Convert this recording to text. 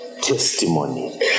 testimony